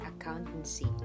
accountancy